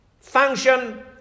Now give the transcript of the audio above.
function